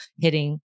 hitting